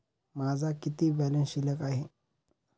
माझा किती बॅलन्स शिल्लक आहे?